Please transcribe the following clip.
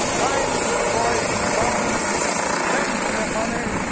lined with the boys and bums spending their money,